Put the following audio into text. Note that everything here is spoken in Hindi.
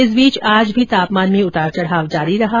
इस बीच आज भी तापमान में उतार चढ़ाव जारी रहा